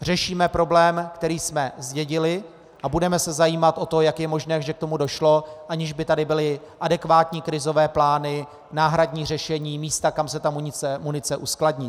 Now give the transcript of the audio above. Řešíme problém, který jsme zdědili, a budeme se zajímat o to, jak je možné, že k tomu došlo, aniž by tady byly adekvátní krizové plány, náhradní řešení, místa, kam se ta munice uskladní.